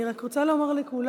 אני רק רוצה לומר לכולנו,